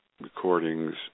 recordings